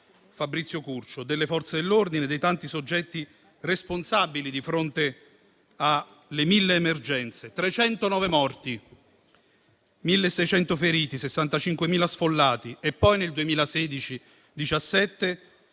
Fabrizio Curcio, con quelli delle Forze dell'ordine e con i tanti soggetti responsabili di fronte alle mille emergenze: 309 morti, 1.600 feriti, 65.000 sfollati e poi, nel 2016